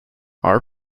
are